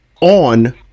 on